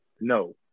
no